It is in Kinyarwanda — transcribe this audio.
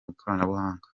ikoranabuhanga